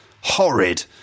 horrid